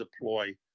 deploy